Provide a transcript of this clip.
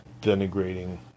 denigrating